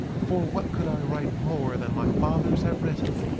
for what could i write more than my fathers have written?